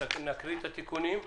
נקריא את התיקונים?